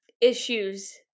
issues